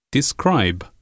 Describe